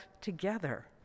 together